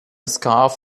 scarf